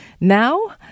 now